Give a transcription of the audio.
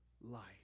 life